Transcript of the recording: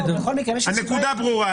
הנקודה ברורה.